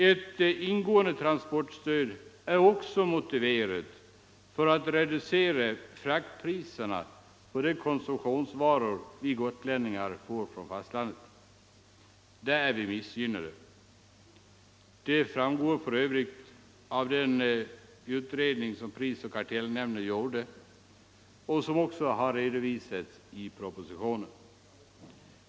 Ett ingående transportstöd är också motiverat för att reducera frakt priserna på de konsumtionsvaror vi gotlänningar får från fastlandet. Där är vi missgynnade. Det framgår för övrigt av den utredning som prisoch kartellnämnden gjort och som också har redovisats i propositionen.